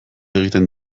egiten